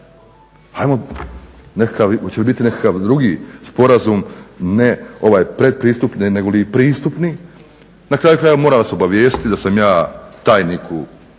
tako, hoće li biti nekakav drugi sporazum, ne ovaj pretpristupni nego pristupni. Na kraju krajeva, moram vas obavijestiti da sam ja tajniku